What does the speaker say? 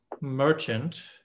merchant